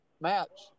match